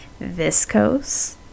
viscose